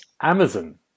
Amazon